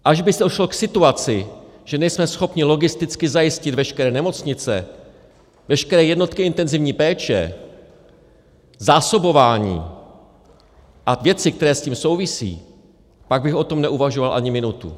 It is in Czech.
Až by došlo k situaci, že nejsme schopni logisticky zajistit veškeré nemocnice, veškeré jednotky intenzivní péče, zásobování a věci, které s tím souvisejí, pak bych o tom neuvažoval ani minutu.